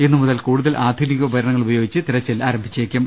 ഇന്നുമുതൽ കൂടുതൽ ആധു നിക ഉപകരണങ്ങൾ ഉപയോഗിച്ച് തിരച്ചിൽ ആരംഭിച്ചേക്കും